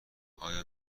آیا